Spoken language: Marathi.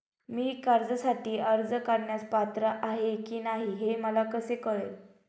मी कर्जासाठी अर्ज करण्यास पात्र आहे की नाही हे मला कसे कळेल?